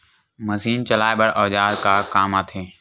Machine चलाए बर औजार का काम आथे?